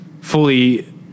fully